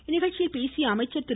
இந்நிகழ்ச்சியில் பேசிய அமைச்சர் திரு